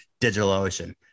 DigitalOcean